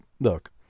Look